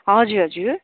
हजुर हजुर